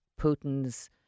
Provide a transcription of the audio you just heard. Putin's